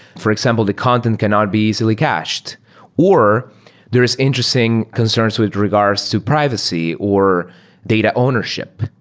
for example, the continent cannot be easily cached or there is interesting concerns with regards to privacy or data ownership,